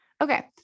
Okay